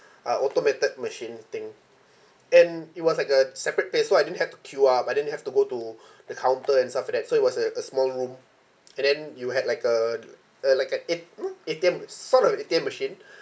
uh automated machine thing and it was like a separate place so I didn't have to queue up I didn't have to go to the counter and stuff like that so it was a a small room and then you had like a uh like a a um A_T_M sort of A_T_M machine